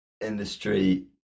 industry